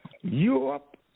Europe